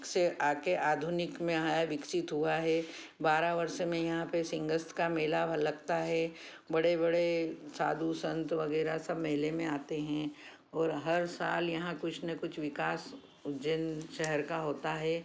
से आगे आधुनिक में है विकसित हुआ है बारह वर्ष में यहाँ पे सिंगस्त का मेला लगता है बड़े बड़े साधु संत वगैरह सब मेले में आते हैं और हर साल यहाँ कुछ ना कुछ विकास उज्जैन शहर का होता है